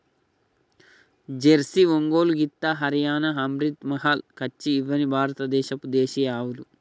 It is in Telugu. జెర్సీ, ఒంగోలు గిత్త, హరియాణా, అమ్రిత్ మహల్, కచ్చి ఇవ్వని భారత దేశపు దేశీయ ఆవులు